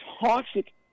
Toxic